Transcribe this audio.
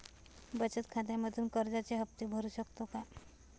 बचत खात्यामधून कर्जाचे हफ्ते भरू शकतो का?